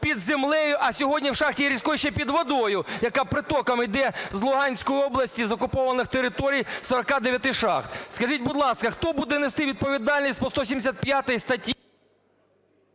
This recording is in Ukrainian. під землею, а сьогодні в шахті, ризикуючи, ще й під водою, яка притоками йде з Луганської області, з окупованих територій із 49 шахт? Скажіть, будь ласка, хто буде нести відповідальність по 175 статті…